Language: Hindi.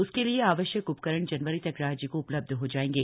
उसके लिए आवश्यक उपकरण जनवरी तक राज्य को उपलब्ध हो जायेंगे